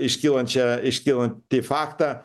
iškylančią iškylantį faktą